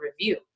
review